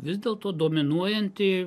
vis dėlto dominuojanti